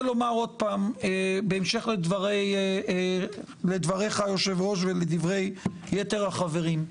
בהמשך לדבריך היושב-ראש ולדברי יתר החברים,